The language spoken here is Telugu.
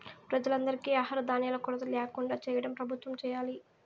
ప్రజలందరికీ ఆహార ధాన్యాల కొరత ల్యాకుండా చేయటం ప్రభుత్వం చేయాలి